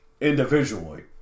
individually